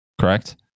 Correct